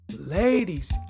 Ladies